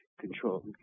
control